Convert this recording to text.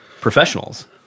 professionals